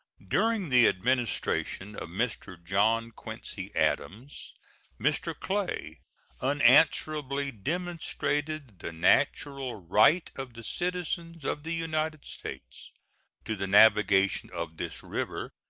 during the administration of mr. john quincy adams mr. clay unanswerably demonstrated the natural right of the citizens of the united states to the navigation of this river,